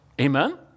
Amen